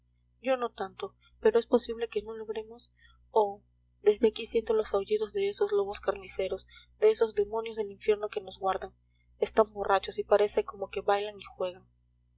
yo no tanto pero es posible que no logremos oh desde aquí siento los aullidos de esos lobos carniceros de esos demonios del infierno que nos guardan están borrachos y parece como que bailan y juegan